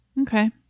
Okay